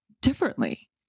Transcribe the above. differently